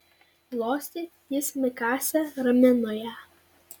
glostė jis mikasę ramino ją